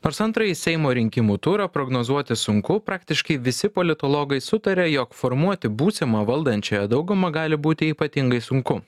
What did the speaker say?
nors antrąjį seimo rinkimų turą prognozuoti sunku praktiškai visi politologai sutaria jog formuoti būsimą valdančiąją daugumą gali būti ypatingai sunku